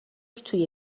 توی